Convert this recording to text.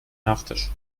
nachtisch